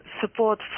support